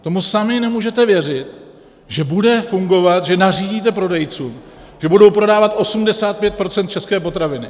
Tomu sami nemůžete věřit, že bude fungovat, že nařídíte prodejcům, že budou prodávat 85 % české potraviny.